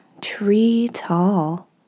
tree-tall